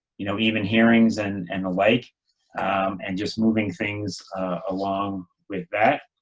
you know, even hearings and and the like and just moving things along with that.